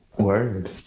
word